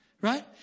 Right